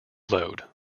load